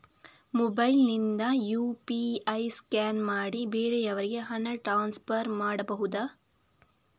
Mobile ನಿಂದ UPI scan ಮಾಡಿ ಬೇರೆಯವರಿಗೆ ಹಣ ಟ್ರಾನ್ಸ್ಫರ್ ಮಾಡಬಹುದ?